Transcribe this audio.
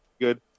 good